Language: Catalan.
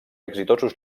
exitosos